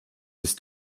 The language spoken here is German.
ist